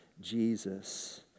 Jesus